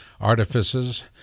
artifices